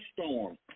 storm